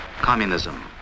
communism